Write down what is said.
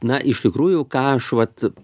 na iš tikrųjų ką aš vat